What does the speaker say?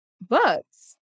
books